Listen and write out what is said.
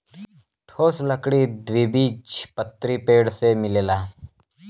ठोस लकड़ी द्विबीजपत्री पेड़ से मिलेला